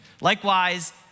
Likewise